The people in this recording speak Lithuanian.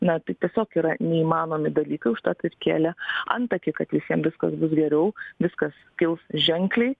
na tai tiesiog yra neįmanomi dalykai užtat ir kėlė antakį kad visiem viskas bus geriau viskas kils ženkliai